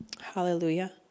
Hallelujah